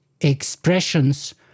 expressions